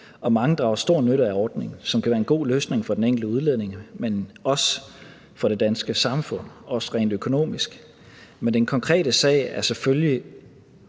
mange drager stor nytte af ordningen, som kan være en god løsning for den enkelte udlænding, men også for det danske samfund, også rent økonomisk. Men den konkrete sag er selvfølgelig